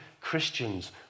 Christians